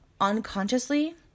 unconsciously